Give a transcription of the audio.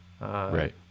Right